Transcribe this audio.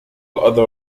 other